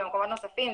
במקומות נוספים,